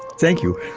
thank you.